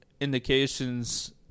indications